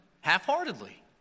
half-heartedly